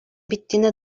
bittiğine